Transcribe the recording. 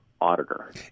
Auditor